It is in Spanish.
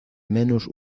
menos